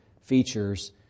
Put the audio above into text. features